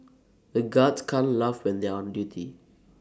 the guards can't laugh when they are on duty